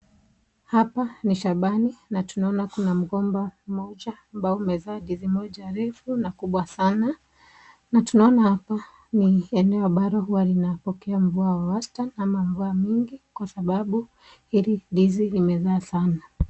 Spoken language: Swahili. Hapa ni shambani na tunaona kuna mgomba mmoja ambao umezaa ndizi moja refu na kubwa sana, na tunaona hapa ni eneo ambalo huwa inapokea mvua wa wastan ama mvua mingi kwa sababu hili ndizi limezaa sana.